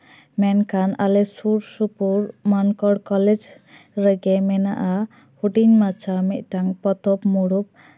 ᱢᱮᱱᱠᱷᱟᱱ ᱟᱞᱮ ᱥᱩᱨᱼᱥᱩᱯᱩᱨ ᱢᱟᱱᱠᱚᱲ ᱠᱚᱞᱮᱡᱽ ᱨᱮᱜᱮ ᱢᱮᱱᱟᱜᱼᱟ ᱦᱩᱰᱤᱧ ᱢᱟᱪᱷᱟ ᱢᱤᱫᱴᱟᱝ ᱯᱚᱛᱚᱵ ᱢᱩᱨᱟᱹᱭ